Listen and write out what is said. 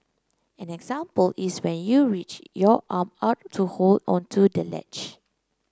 an example is when you reach your arm out to hold onto the ledge